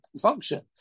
function